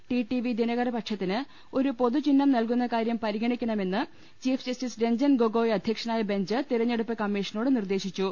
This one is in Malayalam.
ടിടിവി ദിനകരപക്ഷത്തിന് ഒരു പൊതുചിഹ്നം നൽകുന്ന കാര്യം പരിഗണക്കണമെന്ന് ചീഫ് ജസ്റ്റിസ് രഞ്ജൻ ഗോഗോയ് അധ്യ ക്ഷനായ ബെഞ്ച് തെരഞ്ഞെടുപ്പ് കമ്മീഷ്ടനോട് നിർദേശിച്ചു